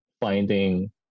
finding